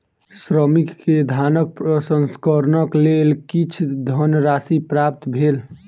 श्रमिक के धानक प्रसंस्करणक लेल किछ धनराशि प्राप्त भेल